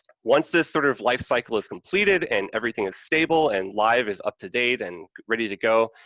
once this sort of life cycle is completed and everything is stable and live is up-to-date and ready to go,